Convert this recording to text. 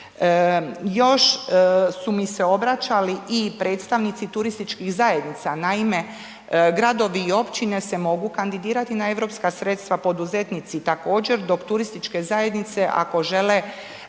Još su mi se obraćali i predstavnici turističkih zajednica, naime gradovi i općine se mogu kandidirati na europska sredstva, poduzetnici također dok turističke zajednice ako žele